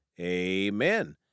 amen